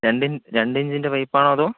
രണ്ടിന് രണ്ടിഞ്ചിന്റെ പൈപ്പാണോ അതോ